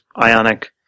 Ionic